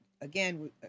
again